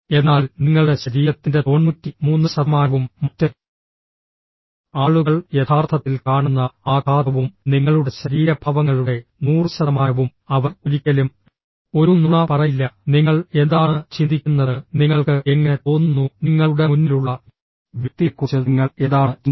എന്നാൽ നിങ്ങളുടെ ശരീരത്തിന്റെ 93 ശതമാനവും മറ്റ് ആളുകൾ യഥാർത്ഥത്തിൽ കാണുന്ന ആഘാതവും നിങ്ങളുടെ ശരീരഭാവങ്ങളുടെ 100 ശതമാനവും അവർ ഒരിക്കലും ഒരു നുണ പറയില്ല നിങ്ങൾ എന്താണ് ചിന്തിക്കുന്നത് നിങ്ങൾക്ക് എങ്ങനെ തോന്നുന്നു നിങ്ങളുടെ മുന്നിലുള്ള വ്യക്തിയെക്കുറിച്ച് നിങ്ങൾ എന്താണ് ചിന്തിക്കുന്നത്